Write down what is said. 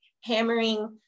hammering